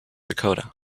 dakota